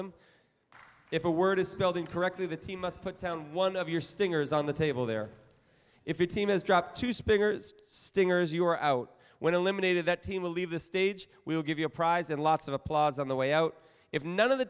them if a word is spelled incorrectly the team must put down one of your stingers on the table there if your team has dropped two spinners stingers you are out when eliminated that team will leave the stage will give you a prize and lots of applause on the way out if none of the